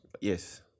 Yes